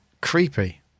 creepy